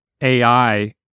AI